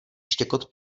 štěkot